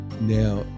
Now